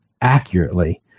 accurately